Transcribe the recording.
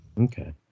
Okay